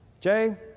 Jay